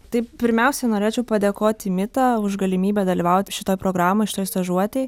tai pirmiausia norėčiau padėkoti mita už galimybę dalyvaut šitoj programoj šitoj stažuotėj